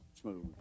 smooth